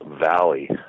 valley